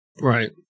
Right